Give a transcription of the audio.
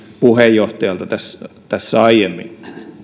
puheenjohtajalta tässä tässä aiemmin